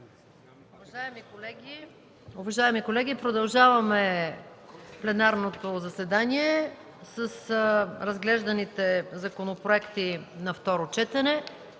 Уважаеми колеги, продължаваме пленарното заседание с разглежданите законопроекти на второ четене.